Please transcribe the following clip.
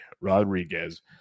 Rodriguez